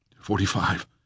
Forty-five